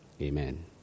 Amen